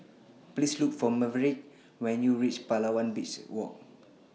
Please Look For Maverick when YOU REACH Palawan Beach Walk